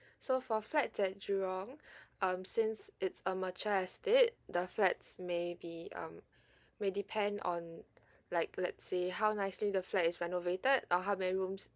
so for flat at jurong um since it's a mature estate the flats may be um may depend on like let's say how nicely the flat is renovated or how many rooms